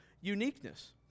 uniqueness